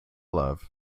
love